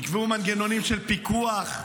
ייקבעו מנגנונים של פיקוח,